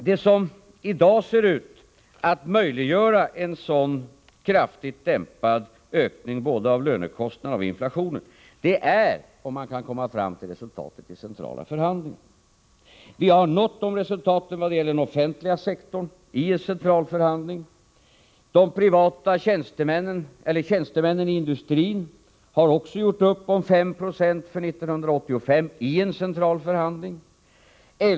Det som i dag ser ut att möjliggöra en sådan kraftigt dämpad ökning av både lönekostnaderna och inflationen är att man skulle kunna komma fram till resultatet i centrala förhandlingar. Vi har nått sådana resultat vad gäller den offentliga sektorn i en central förhandling. Tjänstemännen inom industrin har också gjort upp om 5 90 för 1985 i en central förhandling.